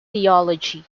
theology